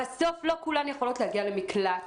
בסוף לא כולן יכולות להגיע למקלט.